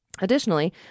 Additionally